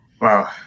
Wow